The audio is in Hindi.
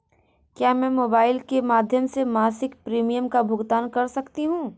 क्या मैं मोबाइल के माध्यम से मासिक प्रिमियम का भुगतान कर सकती हूँ?